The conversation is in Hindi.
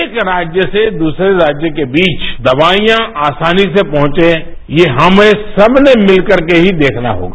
एक राज्य से दूसरे राज्य के बीच दवाईयां आसानी से पहुंचे यह हमें सबने मिलकर के ही देखना होगा